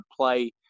play